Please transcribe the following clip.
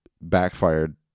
backfired